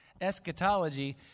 Eschatology